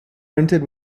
rented